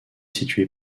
située